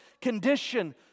condition